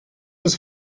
was